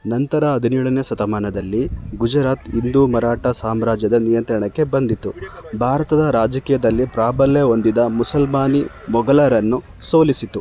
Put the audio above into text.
ನಂತರ ಹದಿನೇಳನೇ ಶತಮಾನದಲ್ಲಿ ಗುಜರಾತ್ ಇಂದು ಮರಾಟ ಸಾಮ್ರಾಜ್ಯದ ನಿಯಂತ್ರಣಕ್ಕೆ ಬಂದಿತು ಭಾರತದ ರಾಜಕೀಯದಲ್ಲಿ ಪ್ರಾಬಲ್ಯ ಹೊಂದಿದ ಮುಸಲ್ಮಾನಿ ಮೊಘಲರನ್ನು ಸೋಲಿಸಿತು